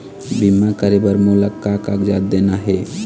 बीमा करे बर मोला का कागजात देना हे?